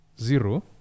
zero